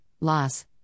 loss